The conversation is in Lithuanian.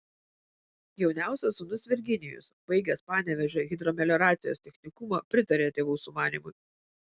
jauniausias sūnus virginijus baigęs panevėžio hidromelioracijos technikumą pritarė tėvų sumanymui